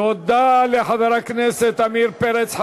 תודה לחבר הכנסת עמיר פרץ.